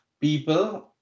people